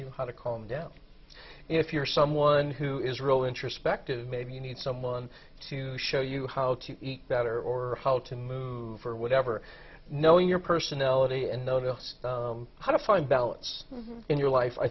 you how to calm down if you're someone who is really introspective maybe you need someone to to show you how to eat better or how to move or whatever knowing your personality and no know how to find balance in your life i